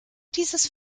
dieses